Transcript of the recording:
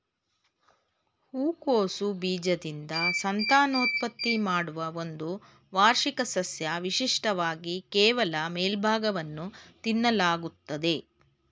ಹೂಕೋಸು ಬೀಜದಿಂದ ಸಂತಾನೋತ್ಪತ್ತಿ ಮಾಡುವ ಒಂದು ವಾರ್ಷಿಕ ಸಸ್ಯ ವಿಶಿಷ್ಟವಾಗಿ ಕೇವಲ ಮೇಲ್ಭಾಗವನ್ನು ತಿನ್ನಲಾಗ್ತದೆ